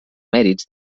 mèrits